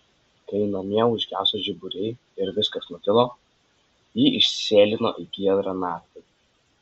kai namie užgeso žiburiai ir viskas nutilo ji išsėlino į giedrą naktį